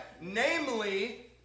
Namely